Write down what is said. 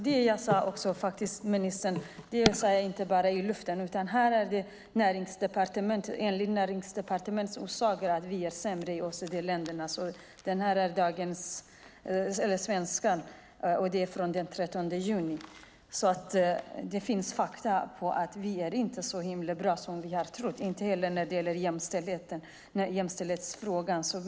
Det jag sade tog jag inte bara ur luften, ministern, utan i Svenska Dagbladet från den 13 juni säger Näringsdepartementet att vi är bland de sämre i OECD-länderna. Det finns alltså fakta på att vi inte är så himla bra som vi har trott, inte heller när det gäller jämställdhetsfrågan.